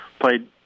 played